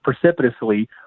precipitously